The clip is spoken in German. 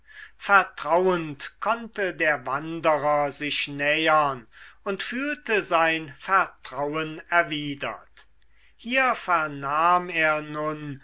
vertrauend konnte der wanderer sich nähern und fühlte sein vertrauen erwidert hier vernahm er nun